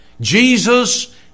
Jesus